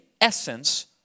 essence